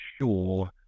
sure